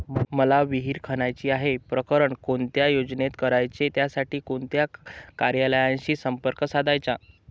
मला विहिर खणायची आहे, प्रकरण कोणत्या योजनेत करायचे त्यासाठी कोणत्या कार्यालयाशी संपर्क साधायचा?